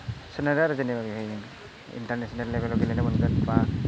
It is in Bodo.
सोनारो आरो जेनेबा बेवहायनो इन्टारनेसनेल लेभेलाव गेलेनो मोनगोन बा